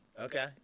Okay